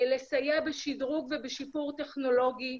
לסייע בשידרוג ובשיפור טכנולוגי,